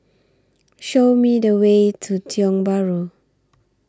Show Me The Way to Tiong Bahru